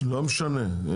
לא משנה,